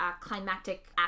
climactic